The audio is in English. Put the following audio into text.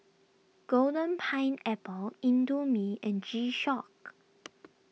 Golden Pineapple Indomie and G Shock